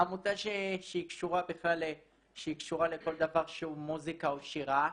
שהיא קשורה לכל דבר שהוא מוסיקה או שירה.